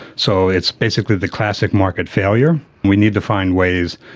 so it's basically the classic market failure. we need to find ways,